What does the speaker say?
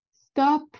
stop